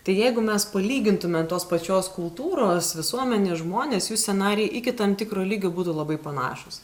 tai jeigu mes palygintume tos pačios kultūros visuomenės žmonės jų scenarijai iki tam tikro lygio būtų labai panašūs